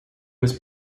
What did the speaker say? was